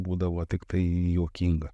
būdavo tiktai juokinga